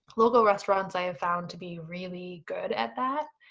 local restaurants i have found to be really good at that.